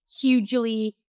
hugely